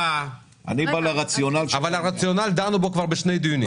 אבל ברציונל דנו כבר בשני דיונים.